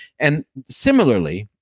and similarly,